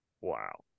Wow